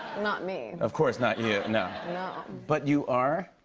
not me. of course not you, no. no. but you are?